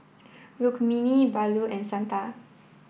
Rukmini Bellur and Santha